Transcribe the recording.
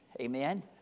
Amen